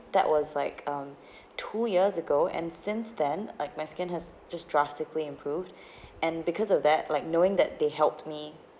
that was like um two years ago and since then like my skin has just drastically improved and because of that like knowing that they helped me